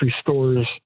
stores